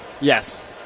Yes